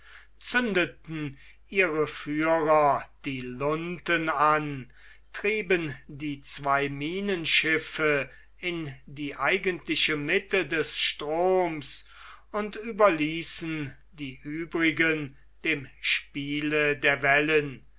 zündeten ihre führer die lunten an trieben die zwei minenschiffe in die eigentliche mitte des stroms und überließen die übrigen dem spiele der wellen